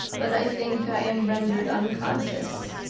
but i think i am rendered unconscious.